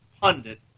pundit